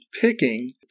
picking